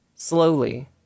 Slowly